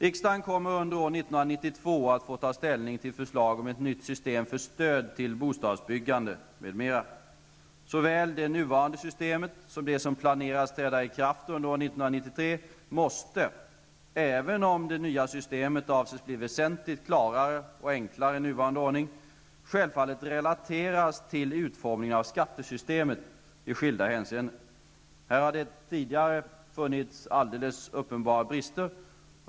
Riksdagen kommer under år 1992 att få ta ställning till förslag om ett nytt system för stöd till bostadsbyggande m.m. Såväl det nuvarande systemet som det som planeras träda i kraft under år 1993 måste, även om det nya systemet avses bli väsentligt klarare och enklare än nuvarande ordning, självfallet relateras till utformningen av skattesystemet i skilda hänseenden. Här har det tidigare funnits alldeles uppenbara brister.